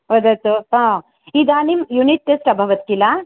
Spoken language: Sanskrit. वदतु हा इदानीं युनिट् टेस्ट् अभवत् किल